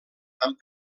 amb